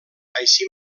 així